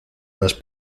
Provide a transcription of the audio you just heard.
más